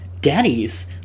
Daddies